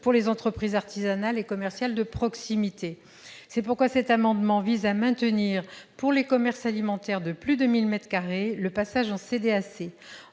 pour les entreprises artisanales et commerciales de proximité. C'est pourquoi le présent amendement vise à maintenir, pour les commerces alimentaires de plus de 1 000 mètres carrés, le passage en CDAC.